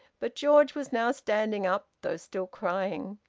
but george was now standing up, though still crying.